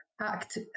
act